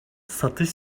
satış